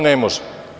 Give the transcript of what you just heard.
Ne može.